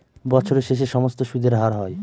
বছরের শেষে সমস্ত সুদের হার হয়